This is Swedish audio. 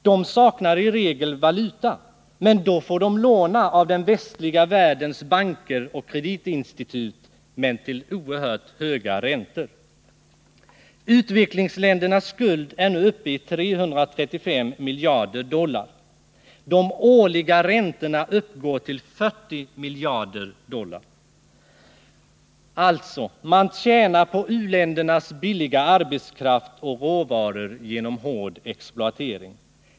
De saknar i regel valuta, men då får de låna av den västliga världens banker och kreditinstitut, och till oerhört höga räntor. Utvecklingsländernas skuld är nu uppe i 335 miljarder dollar. De årliga räntorna uppgår till 40 miljarder dollar. Alltså: Man tjänar på u-ländernas billiga arbetskraft och råvaror genom hård exploatering.